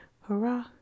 hurrah